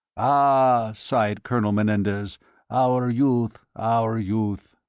ah, sighed colonel menendez our youth, our youth.